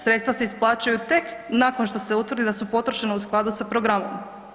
Sredstva se isplaćuju tek nakon što se utvrdi da su potrošena u skladu sa programom.